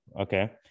Okay